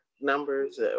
numbers